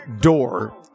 door